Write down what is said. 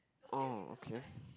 orh okay